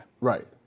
Right